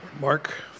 Mark